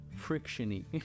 frictiony